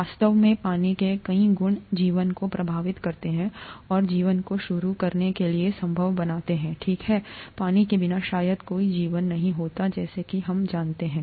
वास्तव में पानी के कई गुण जीवन को प्रभावित करते हैं और जीवन को शुरू करने के लिए संभव बनाते हैं ठीक है पानी के बिना शायद कोई जीवन नहीं होता जैसा कि हम जानते हैं